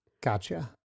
Gotcha